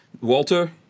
Walter